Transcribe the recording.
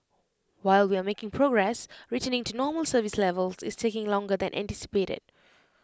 while we are making progress returning to normal service levels is taking longer than anticipated